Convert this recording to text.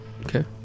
Okay